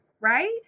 Right